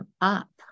up